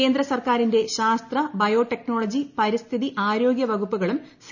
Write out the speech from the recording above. കേന്ദ്ര സർക്കാരിന്റെ ശാസ്ത്ര ബയോടെക്നോളജി പരിസ്ഥിതി ആരോഗ്യ വകുപ്പുകളും സി